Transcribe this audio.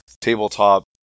Tabletop